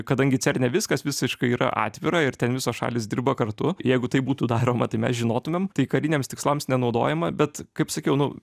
kadangi cerne viskas visiškai yra atvira ir ten visos šalys dirba kartu jeigu tai būtų daroma tai mes žinotumėm tai kariniams tikslams nenaudojama bet kaip sakiau nu